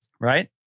Right